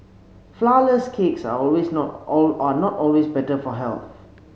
flourless cakes are always not are not always better for health